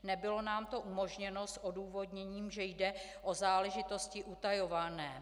Nebylo nám to umožněno s odůvodněním, že jde o záležitosti utajované.